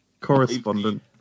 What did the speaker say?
Correspondent